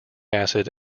acid